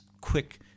quick